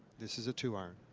this is a two iron